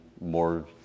more